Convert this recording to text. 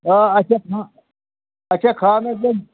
آ اَچھا کھانٛ اَچھا کھانٛدَر کِنہٕ